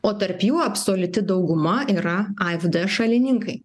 o tarp jų absoliuti dauguma yra afd šalininkai